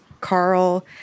Carl